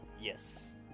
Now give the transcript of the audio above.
Yes